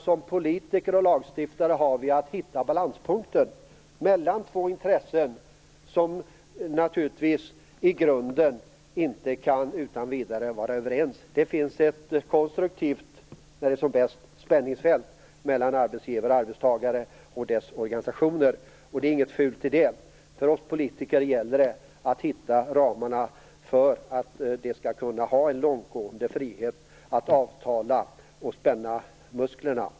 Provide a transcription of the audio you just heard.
Som politiker och lagstiftare har vi att hitta balanspunkten mellan två intressen som naturligtvis i grunden inte utan vidare kan vara överens. Det finns ett konstruktivt, när det är som bäst, spänningsfält mellan arbetsgivare och arbetstagare och deras organisationer, och det är inget fult i det. För oss politiker gäller det att hitta ramarna för att de skall kunna ha en långtgående frihet att avtala och spänna musklerna.